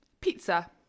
pizza